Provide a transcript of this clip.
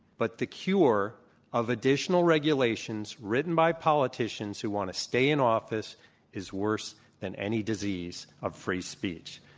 but the cure of additional regulations written by politicians who want to stay in office is worse than any disease of free speech.